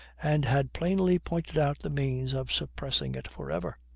and had plainly pointed out the means of suppressing it for ever.